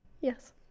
Yes